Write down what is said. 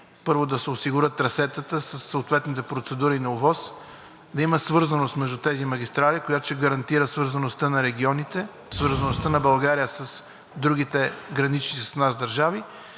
първо, да се осигурят трасетата със съответните процедури по ОВОС, да има свързаност между тези магистрали, която ще гарантира свързаността на регионите, свързаността на България с другите граничещи с нас държави.